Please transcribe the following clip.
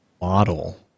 model